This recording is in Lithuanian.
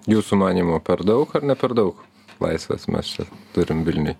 jūsų manymu per daug ar ne per daug laisvės mes čia turim vilniuj